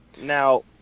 Now